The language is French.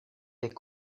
est